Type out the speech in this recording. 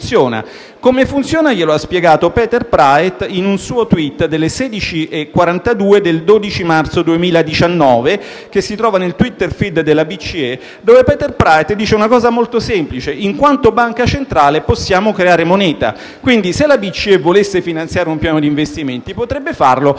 funzioni. Glielo ha spiegato Peter Praet, in suo *tweet* delle ore 16,42 del 12 marzo 2019, che si trova nel *twitter feed* della BCE. Lì Peter Praet dice una cosa molto semplice: in quanto banca centrale possiamo creare moneta. Quindi, se la BCE volesse finanziare un piano di investimenti, potrebbe farlo senza vendere